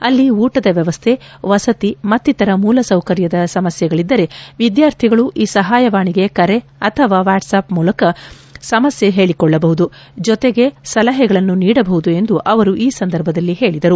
ಅಲ್ಲಿ ಊಟದ ವ್ಯವಸ್ಥೆ ವಸತಿ ಮತ್ತಿತರ ಮೂಲ ಸೌಕರ್ಯದ ಸಮಸ್ಥೆಗಳದ್ದರೆ ವಿದ್ವಾರ್ಥಿಗಳು ಈ ಸಹಾಯವಾಣಿಗೆ ಕರೆ ಅಥವಾ ವಾಟ್ಗೆಆಫ್ ಮೂಲಕ ಸಮಸ್ಟೆ ಹೇಳಿಕೊಳ್ಳಬಹುದು ಜೊತೆಗೆ ಸಲಹೆಗಳನ್ನು ನೀಡಬಹುದು ಎಂದು ಅವರು ಈ ಸಂದರ್ಭದಲ್ಲಿ ತಿಳಿಸಿದರು